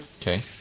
Okay